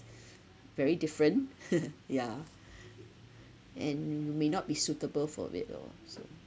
very different yeah and you may not be suitable for it lor so